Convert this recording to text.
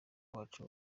wacu